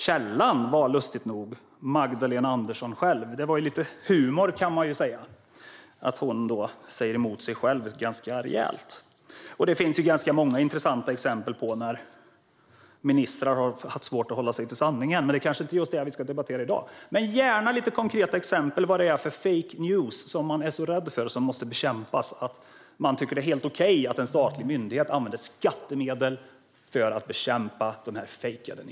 Källan var lustigt nog Magdalena Andersson själv. Det är lite humor, kan man säga, att hon säger emot sig själv ganska rejält. Det finns ganska många intressanta exempel på när ministrar har haft svårt att hålla sig till sanningen, även om det kanske inte är just det som vi ska debattera i dag. Jag vill dock gärna ha lite konkreta exempel på vad det är för fejkade nyheter som man är så rädd för att man tycker att det är helt okej att en statlig myndighet använder skattemedel för att bekämpa dem.